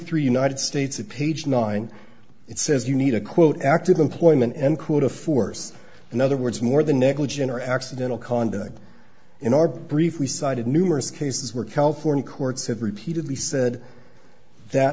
three united states at page nine it says you need a quote active employment end quote a force in other words more than negligent or accidental conduct in our brief we cited numerous cases where california courts have repeatedly said that